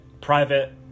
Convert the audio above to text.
private